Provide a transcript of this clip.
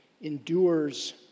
endures